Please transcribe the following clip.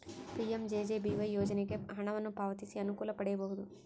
PMJJBY ಯೋಜನೆಗೆ ಹಣವನ್ನು ಪಾವತಿಸಿ ಅನುಕೂಲ ಪಡೆಯಬಹುದು